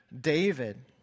David